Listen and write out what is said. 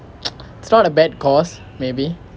it's not a bad course maybe